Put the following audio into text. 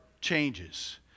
changes